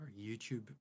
YouTube